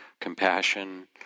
compassion